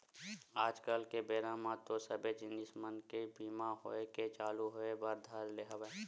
आज कल के बेरा म तो सबे जिनिस मन के बीमा होय के चालू होय बर धर ले हवय